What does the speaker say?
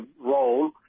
role